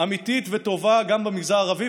אמיתית וטובה גם במגזר הערבי,